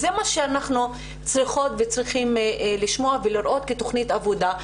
זה מה שאנחנו צריכים לשמוע ולראות כתכנית עבודה,